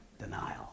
denial